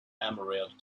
emerald